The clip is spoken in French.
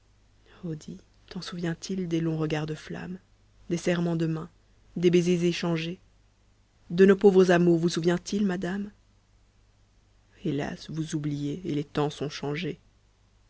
t'en souvient-il des longs regards de flamme des serrements de main des baisers échangés de nos pauvres amours vous souvient-il madame hélas vous oubliez et les temps sont changés